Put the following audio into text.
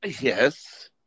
Yes